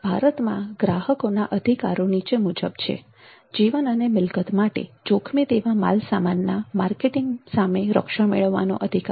ભારતમાં ગ્રાહકોના અધિકારો નીચે મુજબ છે જીવન અને મિલકત માટે જોખમી તેવા માલસામાનના માર્કેટિંગ સામે રક્ષણ મેળવવાનો અધિકાર